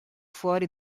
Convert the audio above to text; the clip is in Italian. fuori